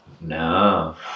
No